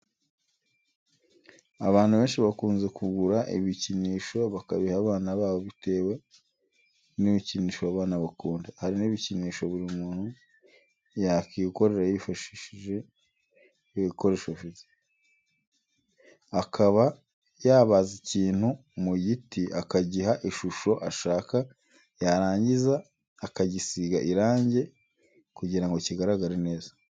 Abantu benshi bakunze kugura ibikinisho bakabiha abana babo bitewe n'ibikinisho abo bana bakunda, hari n'ibikinisho buri muntu yakikorera yifashishije ibikoresho afite akaba yabaza ikintu mu giti akagiha ishusho ashaka yarangiza akagisiga irange kugira ngo kigaragare neza.